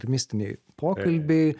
mistiniai pokalbiai